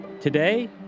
Today